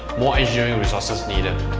more engineering resources needed.